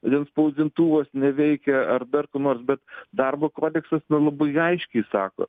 vėl spausdintuvas neveikia ar dar kur nors bet darbo kodeksas nu labai aiškiai sako